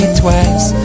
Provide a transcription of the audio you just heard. twice